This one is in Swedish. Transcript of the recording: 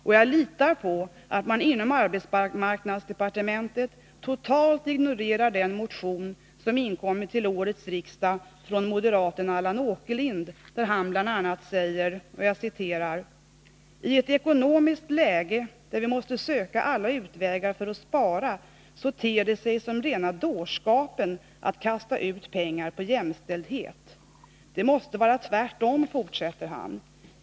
Och jag litar på att man inom arbetsmarknadsdepartementet totalt ignorerar den motion som inkommit till årets riksdag från moderaten Allan Åkerlind, där han bl.a. säger: ”Tett ekonomiskt läge där vi måste söka alla utvägar för att spara så ter det sig som rena dårskapen att kasta ut pengar på jämställdhet”. Det måste vara tvärtom.